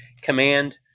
command –